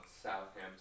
Southampton